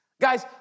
Guys